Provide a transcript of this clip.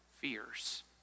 fears